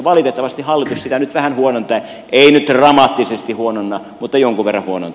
valitettavasti hallitus sitä nyt vähän huonontaa eiramaattisesti huonona mutta jouluverhonnut